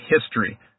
history